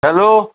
hello